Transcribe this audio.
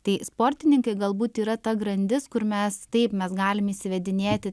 tai sportininkai galbūt yra ta grandis kur mes taip mes galim įsivedinėti